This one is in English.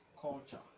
culture